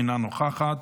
אינה נוכחת,